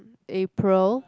April